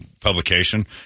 publication